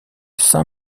saint